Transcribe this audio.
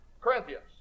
Corinthians